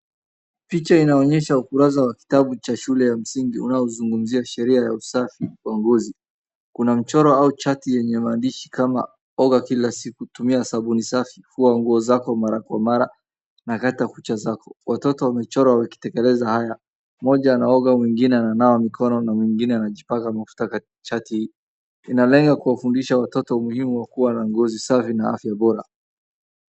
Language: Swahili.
Picha inaonYesha ukurasa wa kitabu cha shule ya msingi unaozungumzia sheria ya usafi na uongozi. Una michoro au chati yenye maandishi kama, oga kila siku, tumia sabuni safi, fua nguo zako mara kwa mara na kata kucha zako. Watoto wamechorwa wakiteteleza haya. Mmoja anaoga mwingine ananawa mikono na mwingine anajipaka mafuta katika chati hii. Inalenga kuwafundisha watoto umuhimu wa kuwa na ngozi safi na afya bora.